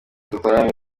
dutarame